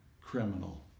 criminal